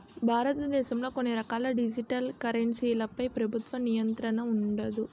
భారతదేశంలో కొన్ని రకాల డిజిటల్ కరెన్సీలపై ప్రభుత్వ నియంత్రణ ఉండదు